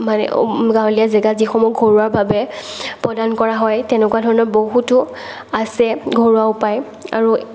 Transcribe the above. মানে গাঁৱলীয়া জেগাত যিসমূহ ঘৰুৱাভাৱে প্ৰদান কৰা হয় তেনেকুৱা ধৰণৰ বহুতো আছে ঘৰুৱা উপায় আৰু